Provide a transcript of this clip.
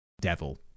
devil